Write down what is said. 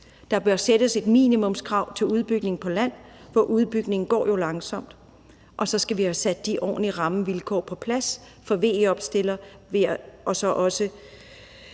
Der bør sættes et minimumskrav til udbygning på land, for udbygningen går jo langsomt, og så skal vi have nogle ordentlige rammevilkår på plads for VE-opstillere ved at